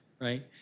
right